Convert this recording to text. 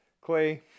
Clay